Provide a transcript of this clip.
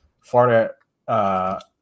Florida –